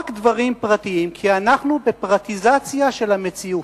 רק דברים פרטיים, כי אנחנו בפרטיזציה של המציאות.